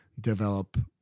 develop